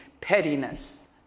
pettiness